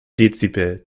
dezibel